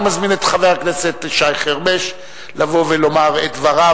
אני מזמין את חבר הכנסת שי חרמש לבוא ולומר את דבריו